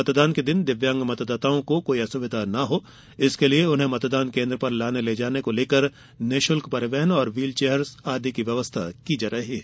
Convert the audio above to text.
मतदान के दिन दिव्यांग मतदाताओं को कोई असुविधा न हो इसके लिए उन्हें मतदान केन्द्र पर लाने ले जाने के लिए निशुल्क परिवहन व्यवस्था व्हील चेयर्स आदि की व्यवस्था की जा रही है